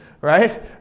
right